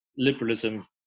liberalism